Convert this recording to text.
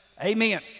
Amen